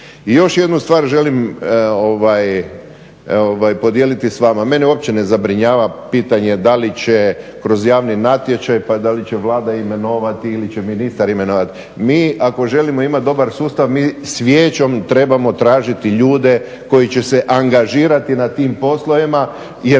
I još jednu stvar želim podijeliti s vama, mene uopće ne zabrinjava pitanje da li će kroz javni natječaj pa da li će Vlada imenovati ili će ministar imenovati. Mi ako želimo imat dobar sustav mi svijećom trebamo tražiti ljude koji će se angažirati na tim poslovima jer